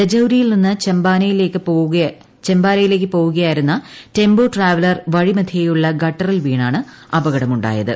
രജൌരിയിൽ നിന്ന് ചമ്പാനയിലേക്ക് പോവുകയായിരുന്ന ടെമ്പോ ട്രാവലർ വഴിമധ്യേയുള്ള ഗട്ടറിൽ വീണാണ് അപകടം ഉണ്ടാ യത്